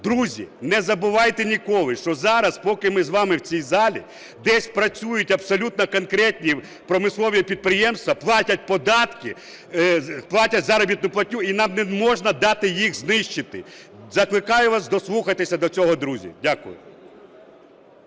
Друзі, не забувайте ніколи, що зараз, поки ми з вами в цій залі, десь працюють абсолютно конкретні промислові підприємства, платять податки, платять заробітну платню, і нам не можна дати їх знищити. Закликаю вас, дослухайтесь до цього, друзі. Дякую.